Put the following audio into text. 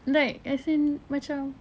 like as in macam